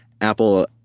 Apple